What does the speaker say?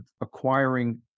acquiring